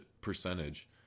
percentage